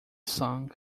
song